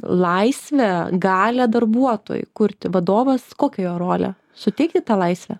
laisvę galią darbuotojui kurti vadovas kokia jo rolė suteikti tą laisvę